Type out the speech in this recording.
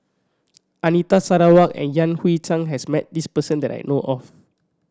Anita Sarawak and Yan Hui Chang has met this person that I know of